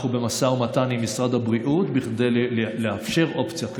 אנחנו במשא ומתן עם משרד הבריאות כדי לאפשר אופציה כזאת.